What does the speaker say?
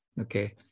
okay